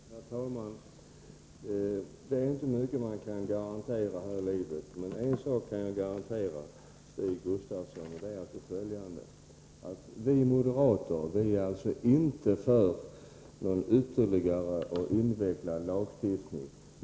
Herr talman! Det är inte mycket man kan garantera här i livet. Men en sak kan jag garantera, Stig Gustafsson, och det är följande: Vi moderater är inte för någon ytterligare och invecklad lagstiftning.